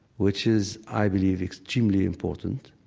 which is, i believe, extremely important,